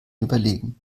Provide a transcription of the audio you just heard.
überlegen